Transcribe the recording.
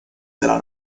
della